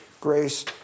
grace